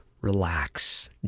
relax